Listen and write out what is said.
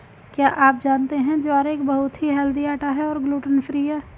क्या आप जानते है ज्वार एक बहुत ही हेल्दी आटा है और ग्लूटन फ्री है?